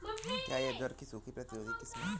क्या यह ज्वार की सूखा प्रतिरोधी किस्म है?